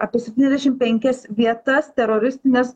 apie septyniasdešim penkias vietas teroristines